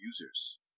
users